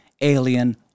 alien